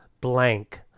Blank